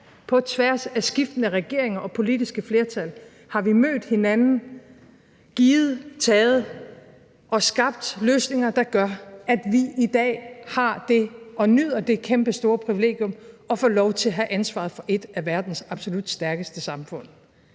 På tværs af skiftende regeringer og politiske flertal har vi mødt hinanden, givet, taget og skabt løsninger, der gør, at vi i dag har det og nyder det kæmpestore privilegium at få lov til at have ansvaret for et af verdens absolut stærkeste samfund.